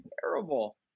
terrible